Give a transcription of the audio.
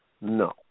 no